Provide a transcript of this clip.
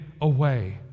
away